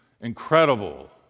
incredible